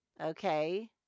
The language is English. okay